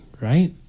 Right